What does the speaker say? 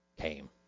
came